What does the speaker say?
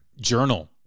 journal